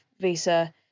visa